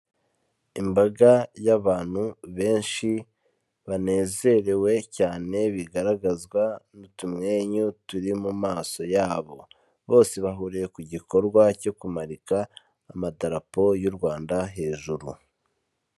Imbaga y'abantu benshi banezerewe cyane bigaragazwa n'utumwenyu turi mu maso yabo, bose bahuriye ku gikorwa cyo kumurika amadarapo y'u Rwanda hejuru.